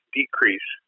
decrease